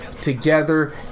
together